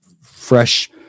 fresh